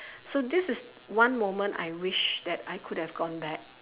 so this is one moment I wished that I could have gone back